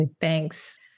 Thanks